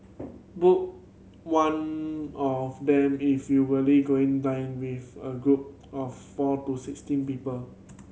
book one of them if you going dine with a group of four to sixteen people